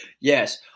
Yes